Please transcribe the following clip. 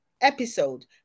episode